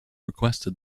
requested